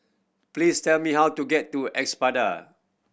please tell me how to get to Espada